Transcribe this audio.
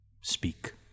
speak